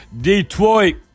Detroit